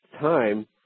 time